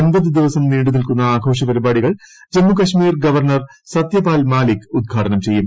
ഒമ്പതു ദിവസം നീണ്ടു നിൽക്കുന്ന ആഘോഷ പരിപാടികൾ ജമ്മു കശ്മീർ ഗവർണർസത്യപാൽമാലിക്ഉദ്ഘാടനം ചെയ്യും